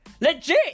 Legit